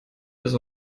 ist